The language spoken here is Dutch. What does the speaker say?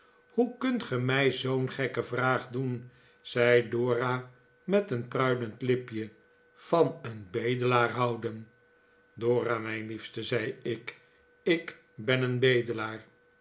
hoe kunt ge mij zoo'n gekke vraag doen zei dora met een pruilend lipje van een bedelaar houden dora mijn liefste zei ik i k ben een bedelaar